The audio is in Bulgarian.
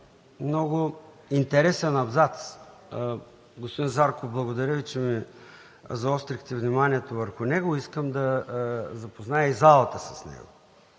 много интересен абзац. Господин Зарков, благодаря Ви, че ми заострихте вниманието върху него. Искам да запозная и залата с него.